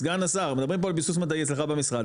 סגן השר מדברים פה על ביסוס מדעי אצלך במשרד,